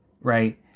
right